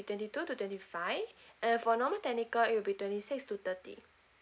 twenty to twenty five and for normal technical it will be twenty six to thirty